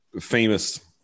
famous